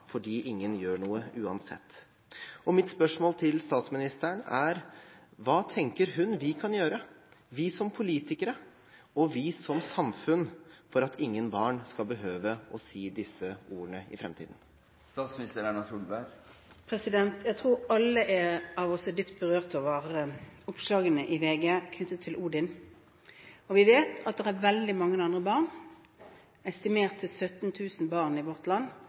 fordi ingen gjør noe uansett. Mitt spørsmål til statsministeren er: Hva tenker hun vi kan gjøre, vi som politikere og vi som samfunn, for at ingen barn skal behøve å si disse ordene i framtiden? Jeg tror vi alle er dypt berørt over oppslagene i VG knyttet til Odin, og vi vet at det er veldig mange andre barn, estimert til 17 000 i vårt land,